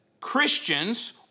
Christians